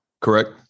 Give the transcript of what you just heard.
correct